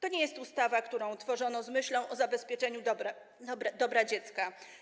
To nie jest ustawa, którą tworzono z myślą o zabezpieczeniu dobra dziecka.